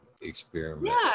experiment